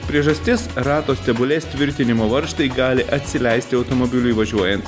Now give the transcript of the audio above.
priežastis rato stebulės tvirtinimo varžtai gali atsileisti automobiliui važiuojant